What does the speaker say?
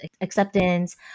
acceptance